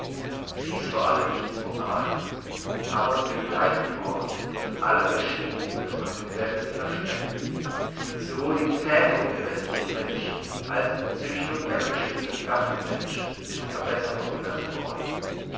dies vor allem hiess moral aber unter dem gleichen wort ist das allerverschiedenste von tendenz versteckt sowohl die zähmung der bestie mensch als die züchtung einer bestimmten gattung mensch ist besserung genannt worden